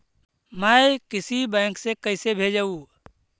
मैं किसी बैंक से कैसे भेजेऊ